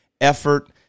effort